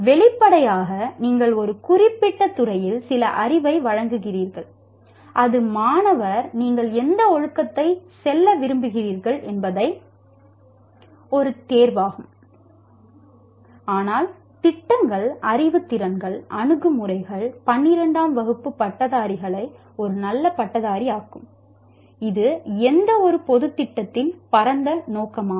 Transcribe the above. வெளிப்படையாக நீங்கள் ஒரு குறிப்பிட்ட துறையில் சில அறிவை வழங்குகிறீர்கள் அது மாணவர் நீங்கள் எந்த ஒழுக்கத்தை செல்ல விரும்புகிறீர்கள் என்பதற்கான ஒரு தேர்வாகும் ஆனால் திட்டங்கள் அறிவுத் திறன்கள் அணுகுமுறைகள் 12 ஆம் வகுப்பு பட்டதாரிகளை ஒரு நல்ல பட்டதாரியாக்கும் இது எந்தவொரு பொது திட்டத்தின் பரந்த நோக்கமாகும்